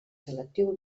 selectiu